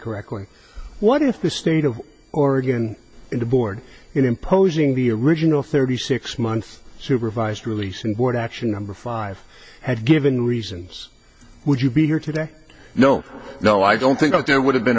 correctly what if the state of oregon board in imposing the original thirty six month supervised release and board action number five had given reasons would you be here today no no i don't think there would have been